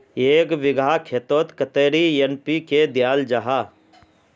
एक बिगहा खेतोत कतेरी एन.पी.के दियाल जहा?